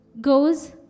goes